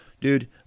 dude